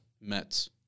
mets